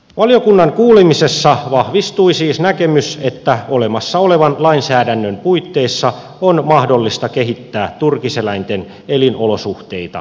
valiokunnan kuulemisessa vahvistui siis näkemys että olemassa olevan lainsäädännön puitteissa on mahdollista kehittää turkiseläinten elinolosuhteita ja hyvinvointia